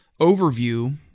overview